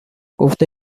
گفته